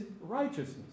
righteousness